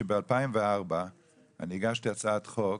שב-2004 אני הגשתי הצעת חוק,